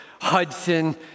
Hudson